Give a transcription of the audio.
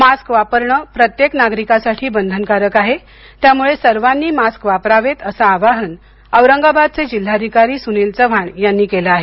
mask वापरणे प्रत्येक नागरिकांसाठी बंधनकारक आहे त्यामुळे सर्वांनी मास्क वापरावेत असे आवाहन औरंगाबादचे जिल्हाधिकारी सूनील चव्हाण यांनी केले आहे